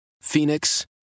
Phoenix